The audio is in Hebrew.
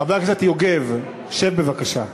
חבר הכנסת יוגב, שב בבקשה.